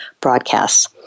broadcasts